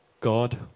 God